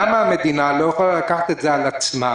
למה המדינה לא יכולה לקחת את זה על עצמה,